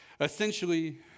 Essentially